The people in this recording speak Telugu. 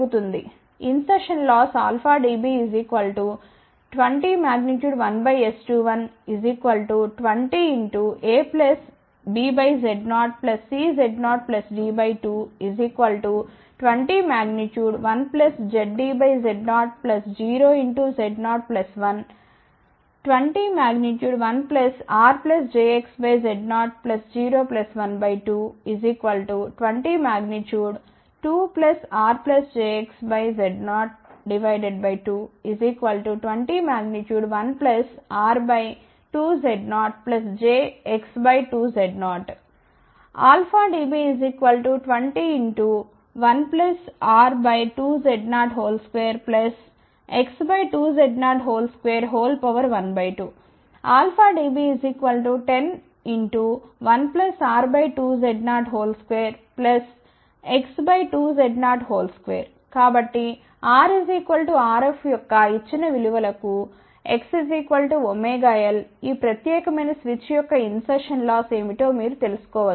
in సెర్షన్ loss dB 201S21 20A BZ0 CZ0 D2 201ZdZ0 0 Z012 201R jXZ0 0 12 202R jXZ02 201R2Z0 jX2Z0 α dB 201R2Z02X2Z0212 α dB 101R2Z02X2Z02 కాబట్టి R Rfయొక్క ఇచ్చిన విలువలకు X ωL ఈ ప్రత్యేకమైన స్విచ్ యొక్క ఇన్ సెర్షన్ లాస్ ఏమిటో మీరు తెలుసుకో వచ్చు